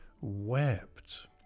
wept